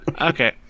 Okay